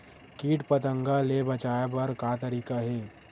कीट पंतगा ले बचाय बर का तरीका हे?